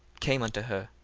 came unto her,